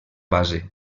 base